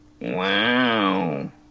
Wow